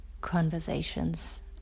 conversations